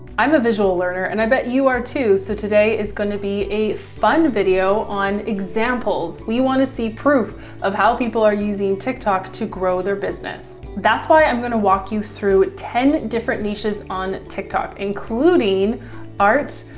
i'm a visual learner and i bet you are too. so today is going to be a fun video on examples. we want to see proof of how people are using tiktok to grow their business. that's why i'm going to walk you through ten different niches on tiktok, including art,